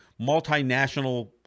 multinational